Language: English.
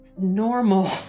normal